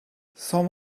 some